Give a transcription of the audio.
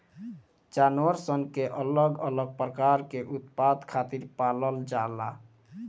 जानवर सन के अलग अलग प्रकार के उत्पाद खातिर पालल जाला